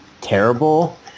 terrible